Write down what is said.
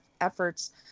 efforts